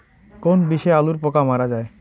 কোন বিষে আলুর পোকা মারা যায়?